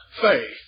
faith